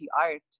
art